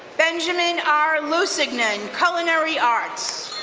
benjamin r. lusignans, culinary arts.